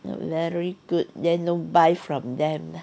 not very good then don't buy from them